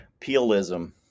Peelism